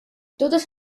totes